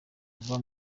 kuva